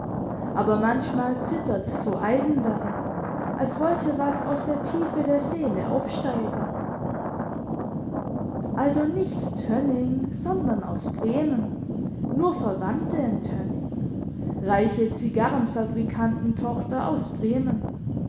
aber manchmal zittert's so eigen darin als wollte was aus der tiefe der seele aufsteigen also nicht tönning sondern aus bremen nur verwandte in tönning reiche zigarrenfabrikantentochter aus bremen